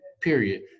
period